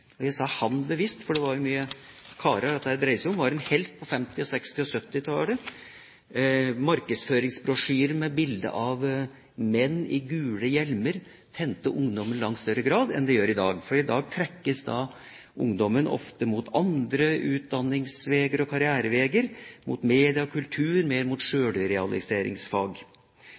og jeg sa «han» bevisst, for dette dreide seg mye om karer – 1950-, 1960- og 1970-tallet. Markedsføringsbrosjyrer med bilde av menn i gule hjelmer tente ungdom i langt større grad enn det gjør i dag, for i dag trekkes ungdommen ofte mot andre utdanningsveier og karriereveier – mot media og kultur, mer mot